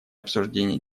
обсуждение